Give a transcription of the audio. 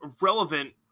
relevant